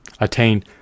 attain